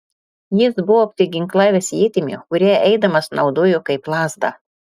jis buvo apsiginklavęs ietimi kurią eidamas naudojo kaip lazdą